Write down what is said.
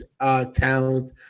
talent